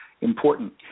important